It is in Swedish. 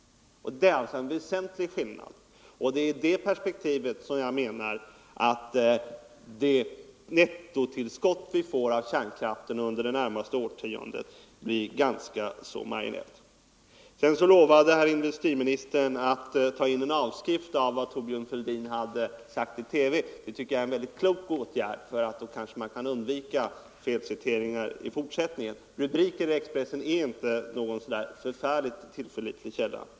Det är en väsentlig skillnad. Ur detta = kraftsteknik till perspektiv blir det nettotillskott vi får från kärnkraften under det närmaste = utlandet årtiondet ganska marginellt. Industriministern lovade att begära en avskrift av vad Thorbjörn Fälldin sagt i TV. Det är en klok åtgärd. Då kanske felciteringar kan undvikas i fortsättningen. Rubrikerna i Expressen är inte någon särskilt pålitlig källa.